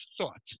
thought